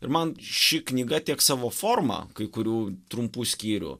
ir man ši knyga tiek savo forma kai kurių trumpų skyrių